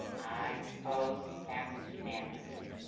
aye. opposed? passes unanimously.